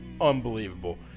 Unbelievable